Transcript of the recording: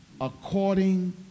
according